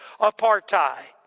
apartheid